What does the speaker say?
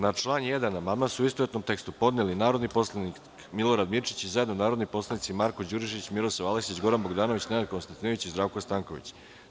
Na član 1. amandman su u istovetnom tekstu podneli narodni poslanici Milorad Mirčić i zajedno narodni poslanici Marko Đurišić, Miroslav Aleksić, Zoran Bogdanović, Nenad Konstantinović i Zdravko Stanković.